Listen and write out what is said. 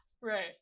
Right